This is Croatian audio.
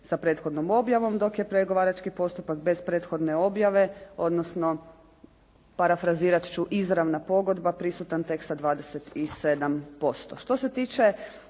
sa prethodnom objavom, dok je pregovarački postupak bez prethodne objave, odnosno parafrazirati ću, izravna pogodba prisutan tek sa 27%.